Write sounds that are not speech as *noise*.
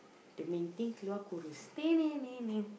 the main thing keluar kurus *noise*